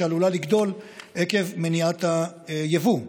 שעלולה לגדול עקב מניעת היבוא.